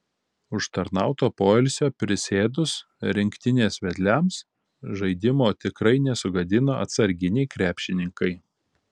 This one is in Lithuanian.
užtarnauto poilsio prisėdus rinktinės vedliams žaidimo tikrai nesugadino atsarginiai krepšininkai